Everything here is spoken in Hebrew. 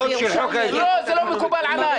זה לא מקובל עלי.